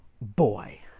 boy